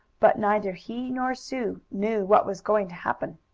but neither he nor sue knew what was going to happen.